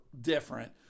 different